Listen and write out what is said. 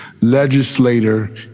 legislator